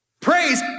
Praise